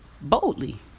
boldly